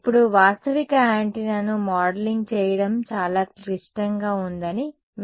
ఇప్పుడు వాస్తవిక యాంటెన్నాను మోడలింగ్ చేయడం చాలా క్లిష్టంగా ఉందని మీకు తెలియజేస్తాను